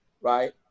Right